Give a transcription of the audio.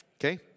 Okay